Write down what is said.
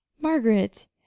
margaret